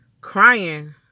crying